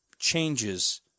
Changes